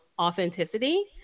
authenticity